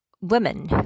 women